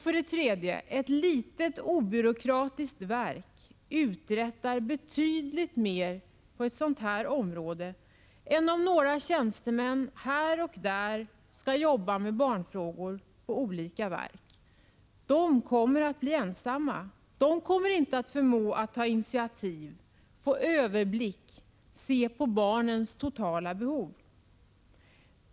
För det tredje: Ett litet, obyråkratiskt verk uträttar betydligt mer på ett sådant här område än några tjänstemän här och där, som skall jobba med barnfrågor på olika verk. De kommer att bli ensamma. De kommer inte att förmå ta initiativ, få överblick och se på barnens totala behov.